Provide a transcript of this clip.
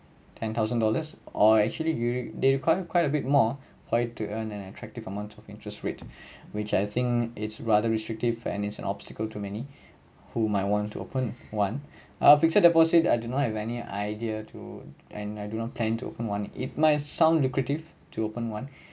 ten thousand dollars or actually they they require quite a bit more for it to earn an attractive amount of interest rate which I think it's rather restrictive and is an obstacle to many who might want to open one ah fixed deposit I do not have any idea to and I do not plan to open one it might sound lucrative to open one